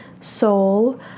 soul